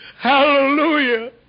Hallelujah